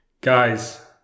guys